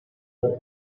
the